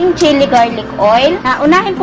um chili garlic oil